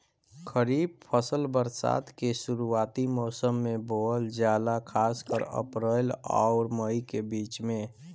खरीफ फसल बरसात के शुरूआती मौसम में बोवल जाला खासकर अप्रैल आउर मई के बीच में